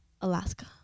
Alaska